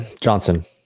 Johnson